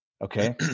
Okay